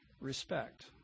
respect